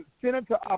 Senator